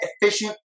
efficient